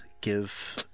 Give